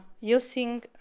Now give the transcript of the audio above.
using